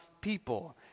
people